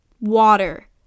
water